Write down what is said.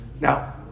now